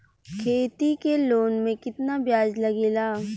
खेती के लोन में कितना ब्याज लगेला?